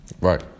Right